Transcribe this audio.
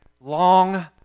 long